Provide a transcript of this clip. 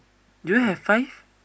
do you have five